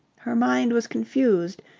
her mind was confused.